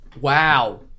Wow